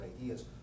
ideas